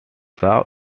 jaw